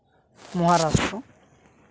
Maharashtra